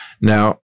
Now